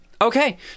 Okay